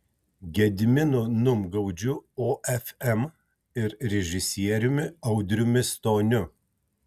gediminu numgaudžiu ofm ir režisieriumi audriumi stoniu